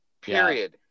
period